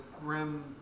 grim